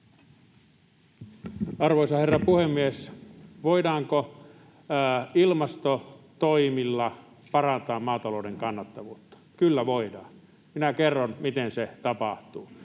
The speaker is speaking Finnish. Arvoisa herra puhemies! Voidaanko ilmastotoimilla parantaa maatalouden kannattavuutta? Kyllä voidaan. Minä kerron, miten se tapahtuu.